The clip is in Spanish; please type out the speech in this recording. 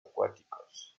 acuáticos